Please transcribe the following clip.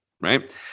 right